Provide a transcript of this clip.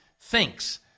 thinks